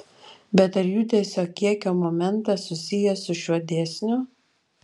bet ar judesio kiekio momentas susijęs su šiuo dėsniu